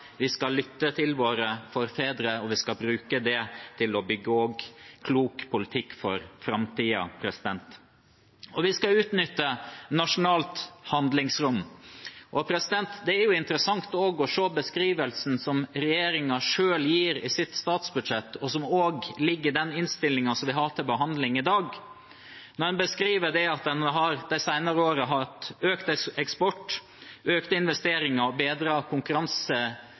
Vi skal lytte til våre forfedre, vi skal bruke det til å bygge klok politikk for framtiden, og vi skal utnytte nasjonalt handlingsrom. Det er interessant å se beskrivelsen som regjeringen selv gir i sitt statsbudsjett, og som også ligger i den innstillingen vi har til behandling i dag. En beskriver at en de senere årene har hatt økt eksport, økte investeringer og